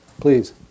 Please